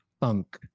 Funk